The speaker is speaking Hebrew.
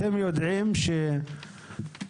אתם יודעים שערכית,